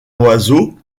oiseau